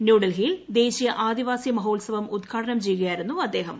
ന്യൂഡൽഹിയിൽ ദേശീയ ആദിവാസി മഹോത്സവം ഉദ്ഘാടനം ചെയ്യുകയായിരുന്നു അദ്ദേഹം